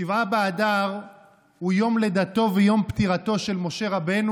שבעה באדר הוא יום לידתו ויום פטירתו של משה רבנו,